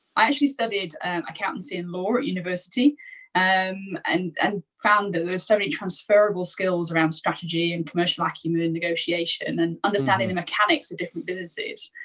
i actually studied accountancy and law at university um and and found there were so many transferrable skills around strategy and commercial acumen and negotiation, and understanding the mechanics of different businesses.